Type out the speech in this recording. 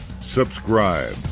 subscribe